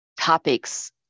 topics